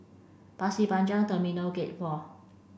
Pasir Panjang Terminal Gate four